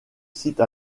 site